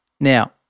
Now